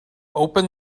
open